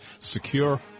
secure